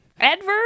Adverb